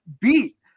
beat